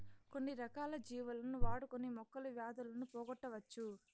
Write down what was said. కొన్ని రకాల జీవులను వాడుకొని మొక్కలు వ్యాధులను పోగొట్టవచ్చు